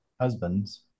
husbands